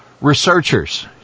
Researchers